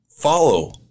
follow